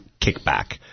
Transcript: kickback